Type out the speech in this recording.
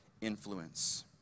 Influence